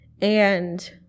And-